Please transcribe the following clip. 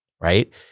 right